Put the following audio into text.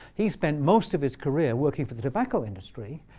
he spent most of his career working for the tobacco industry.